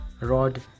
Rod